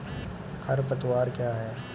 खरपतवार क्या है?